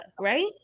right